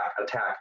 attack